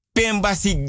Pembasi